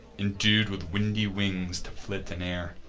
indued with windy wings to flit in air,